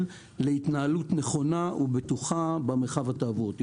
להתנהלות נכונה ובטוחה במרחב התעבורתי.